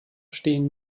stehen